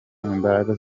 imbaraga